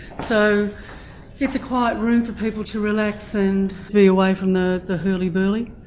so it's a quiet room for people to relax and be away from the the hurly-burly,